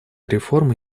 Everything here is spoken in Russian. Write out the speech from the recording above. реформы